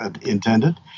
intended